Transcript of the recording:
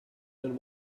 than